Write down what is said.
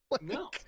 No